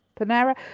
Panera